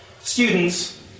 students